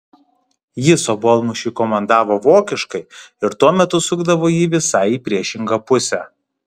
jis obuolmušiui komandavo vokiškai ir tuo metu sukdavo jį visai į priešingą pusę